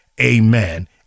amen